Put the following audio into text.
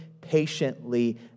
patiently